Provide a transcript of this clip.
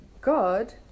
God